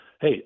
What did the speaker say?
hey